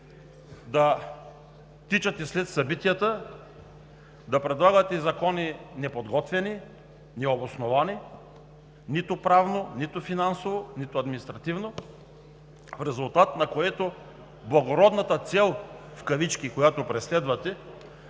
да тичате след събитията; да предлагате закони – неподготвени, необосновани нито правно, нито финансово, нито административно. В резултат на което благородната цел в кавички, която преследвате,